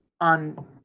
on